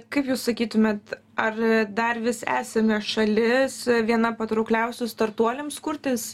kaip jūs sakytumėt ar dar vis esame šalis viena patraukliausių startuoliams kurtis